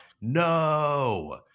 no